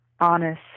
honest